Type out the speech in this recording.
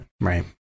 right